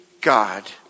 God